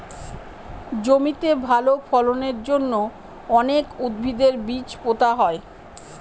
জমিতে ভালো ফলনের জন্য অনেক উদ্ভিদের বীজ পোতা হয়